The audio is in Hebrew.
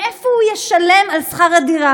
מאיפה הוא ישלם את שכר-הדירה?